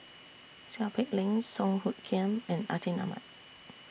Seow Peck Leng Song Hoot Kiam and Atin Amat